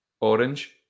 Orange